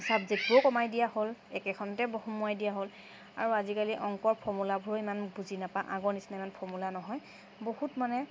ছাবজেক্টবোৰো কমাই দিয়া হ'ল একেখনতে সুমুৱাই দিয়া হ'ল আৰু আজিকালি অংকৰ ফৰ্মোলাবোৰ ইমান বুজি নাপাওঁ আগৰ নিচিনা ইমান ফৰ্মোলা নহয় বহুত মানে